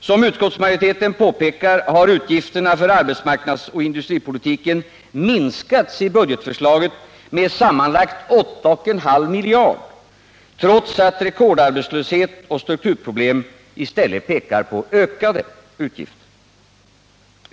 Som utskottsmajoriteten påpekar har utgifterna för arbetsmarknadsoch industripolitiken minskats i budgetförslaget med sammanlagt 8,5 miljarder, trots att rekordarbetslöshet och strukturproblem i stället pekar på ökade utgifter.